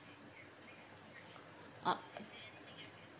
ah